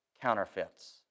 Counterfeits